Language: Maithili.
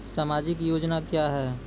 समाजिक योजना क्या हैं?